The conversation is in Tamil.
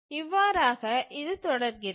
இவ்வாறாக இது தொடர்கிறது